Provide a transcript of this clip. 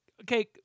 Okay